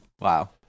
Wow